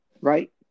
Right